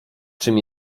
czym